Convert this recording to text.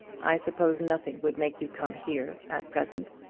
i suppose nothing would make you come here, at present,